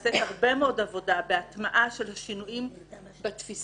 נעשית הרבה מאוד עבודה בהטמעה של השינויים בתפיסה,